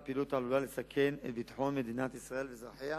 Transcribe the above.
פעילות העלולה לסכם את ביטחון מדינת ישראל ואזרחיה.